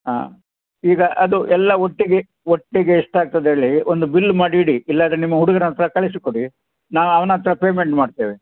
ಆಂ ಈಗ ಅದು ಎಲ್ಲ ಒಟ್ಟಿಗೆ ಒಟ್ಟಿಗೆ ಎಷ್ಟಾಗ್ತದೆ ಹೇಳಿ ಒಂದು ಬಿಲ್ ಮಾಡಿ ಇಡಿ ಇಲ್ಲಾಂದ್ರೆ ನಿಮ್ಮ ಹುಡುಗನ ಹತ್ತಿರ ಕಳಿಸಿ ಕೊಡಿ ನಾವು ಅವ್ನ ಹತ್ತಿರ ಪೇಮಂಟ್ ಮಾಡ್ತೇವೆ